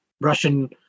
Russian